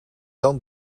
dan